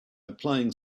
applying